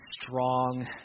strong